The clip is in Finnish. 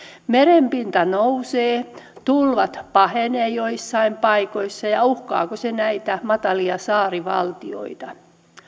merenpinta nousee tulvat pahenevat joissain paikoissa ja ja uhkaako se näitä matalia saarivaltioita